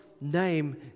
name